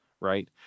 right